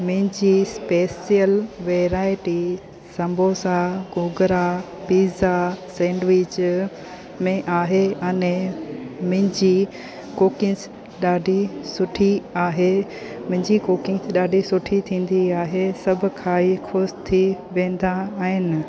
मुंहिंजी special variety samosa गोगरा pizza sandwich में आहे अने मुंहिंजी कुकीज़ ॾाढी सुठी आहे मुंहिंजी कुकीज़ ॾाढी सुठी थींदी आहे सभु खाई ख़ुशि थी वेंदा आहिनि